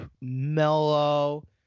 mellow